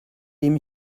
dem